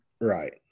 Right